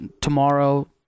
tomorrow